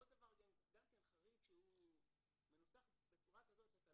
עוד דבר גם כן חריג שהוא מנוסח בצורה כזאת שאתה